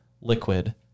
liquid